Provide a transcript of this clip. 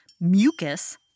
mucus